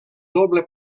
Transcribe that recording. doble